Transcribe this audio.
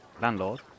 landlord